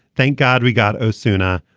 thank god we got osuna.